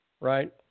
right